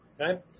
okay